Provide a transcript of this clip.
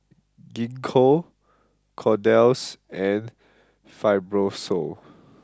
Gingko Kordel's and Fibrosol